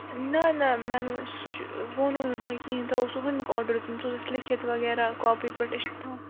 نہَ نہَ میم سُہ چھُ ووٚنوٕ نہٕ تۄہہِ کِہیٖنٛۍ تۄہہِ اوسوٕ ہُمیُک آرڈَر دیُتمُت سُہ اوس اَسہِ لیٚکھِتھ وغیرہ کاپی پٮ۪ٹھ أسۍ چھِ تھاوان